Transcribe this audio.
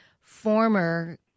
former